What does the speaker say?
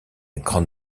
grande